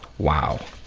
wow,